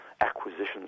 acquisitions